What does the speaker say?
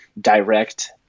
direct